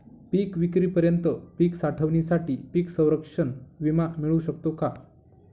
पिकविक्रीपर्यंत पीक साठवणीसाठी पीक संरक्षण विमा मिळू शकतो का?